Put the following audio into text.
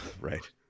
Right